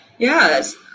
Yes